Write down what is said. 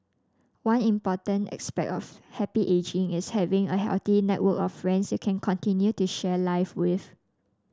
one important aspect of happy ageing is having a healthy network of friends you can continue to share life with